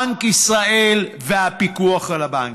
בנק ישראל והפיקוח על הבנקים.